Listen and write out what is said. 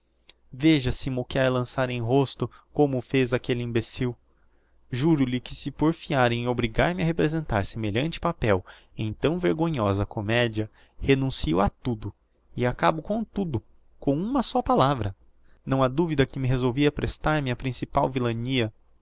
veja se m'o quer lançar em rosto como o fez aquelle imbecil juro-lhe que se porfiar em obrigar-me a representar semelhante papel em tão vergonhosa comedia renuncío a tudo e acabo com tudo com uma só palavra não ha duvida que me resolvi a prestar-me á principal vilania